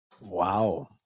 Wow